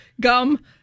Gum